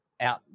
out